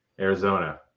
Arizona